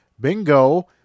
bingo